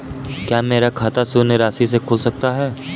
क्या मेरा खाता शून्य राशि से खुल सकता है?